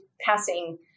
passing